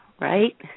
right